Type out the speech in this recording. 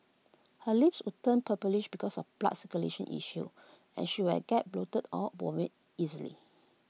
her lips would turn purplish because of blood circulation issues and she would get bloated or vomit easily